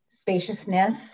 spaciousness